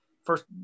first